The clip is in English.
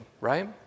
right